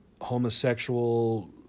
homosexual